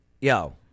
Yo